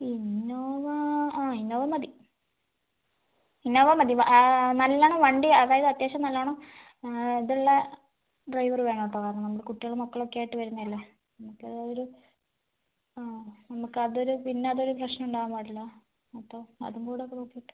Innova ആ Innova മതി Innova മതി നല്ലവണ്ണം വണ്ടി അതായത് അത്യാവശ്യം നല്ലവണ്ണം ഇതുള്ള ഡ്രൈവർ വേണം കേട്ടോ കാരണം നമ്മൾ കുട്ടികളും മക്കളൊക്കെയായിട്ട് വരുന്നതല്ലേ നമുക്ക് ആ ഒരു ആ നമുക്കതൊരു പിന്നെ അതൊരു പ്രശ്നം ഉണ്ടാവാൻ പാടില്ല അപ്പോൾ അതും കൂടെയൊക്കെ നോക്കിയിട്ട്